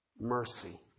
mercy